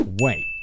Wait